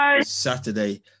Saturday